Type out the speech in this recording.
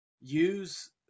use